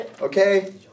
Okay